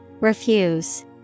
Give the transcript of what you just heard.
refuse